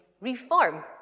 reform